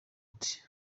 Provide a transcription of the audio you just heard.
ati